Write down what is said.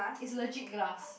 it's legit glass